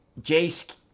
Jace